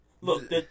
look